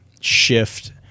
shift